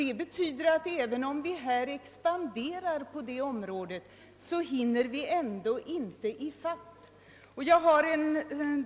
Det betyder att även om vårdmöjligheterna expanderar på det området hinner vi ändå inte ifatt utvecklingen.